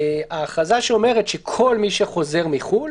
הכרזה שאומרת שכל מי שחוזר מחו"ל